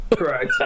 Right